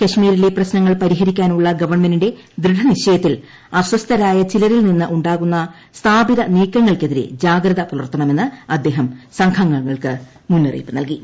കശ്മീരിലെ പ്രശ്നങ്ങൾ പരിഹരിക്കാനുള്ള ഗവൺമെന്റിന്റെ ദൃഡനിശ്ചയത്തിൽ അസ്വസ്ഥരായ ചിലരിൽ നിന്ന് ഉണ്ടാകുന്ന സ്ഥാപിത നീക്കങ്ങൾക്കെതിരെ ജാഗ്രത പുലർത്തണമെന്ന് അദ്ദേഹം സംഘാംഗങ്ങൾക്ക് മുന്നറിയിപ്പ് നൽകി